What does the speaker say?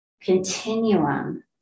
continuum